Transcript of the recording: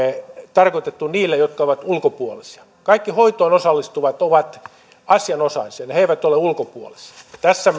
tarkoitettu niille jotka ovat ulkopuolisia kaikki hoitoon osallistuvat ovat asianosaisia he eivät ole ulkopuolisia tässä